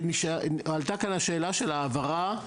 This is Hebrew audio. עלתה כאן השאלה של ההעברה.